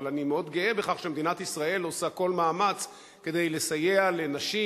אבל אני מאוד גאה בכך שמדינת ישראל עושה כל מאמץ כדי לסייע לנשים